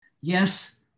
Yes